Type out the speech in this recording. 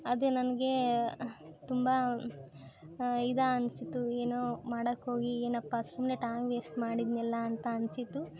ಅದೇ ನನಗೆ ತುಂಬ ಇದು ಅನಿಸಿತ್ತು ಏನೋ ಮಾಡೋಕ್ಕೆ ಹೋಗಿ ಏನಪ್ಪ ಸುಮ್ಮನೆ ಟೈಮ್ ವೇಸ್ಟ್ ಮಾಡಿದ್ನಲ್ಲ ಅಂತ ಅನಿಸಿತು